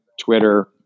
Twitter